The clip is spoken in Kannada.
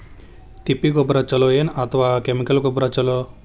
ತಿಪ್ಪಿ ಗೊಬ್ಬರ ಛಲೋ ಏನ್ ಅಥವಾ ಕೆಮಿಕಲ್ ಗೊಬ್ಬರ ಛಲೋ?